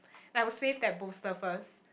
and I would save the bolster first